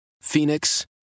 Phoenix